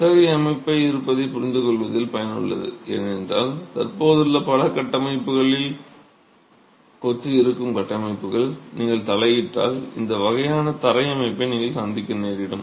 அத்தகைய அமைப்பு இருப்பதைப் புரிந்துகொள்வது பயனுள்ளது ஏனென்றால் தற்போதுள்ள பல கட்டமைப்புகளில் கொத்து இருக்கும் கட்டமைப்புகள் நீங்கள் தலையிட்டால் இந்த வகையான தரை அமைப்பை நீங்கள் சந்திக்க நேரிடும்